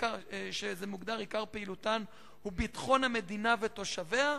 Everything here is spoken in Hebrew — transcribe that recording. עיקר פעילותם מוגדר: ביטחון המדינה ותושביה.